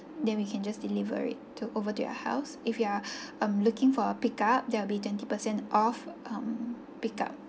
then we can just deliver it to over to your house if you are um looking for a pick up that will be twenty percent off um pick up